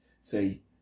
say